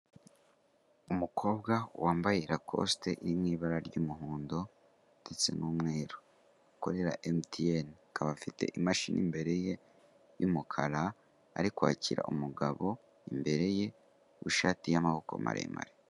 Umukobwa wambaye rakosite iri mu ibara ry'umuhondo ndetse n'umweru akorera emutiyene akaba afite imashini imbere ye y'umukara ari kwakira umugabo imbere ye w'ishati y'amaboko maremare.